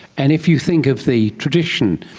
and if you think of the tradition,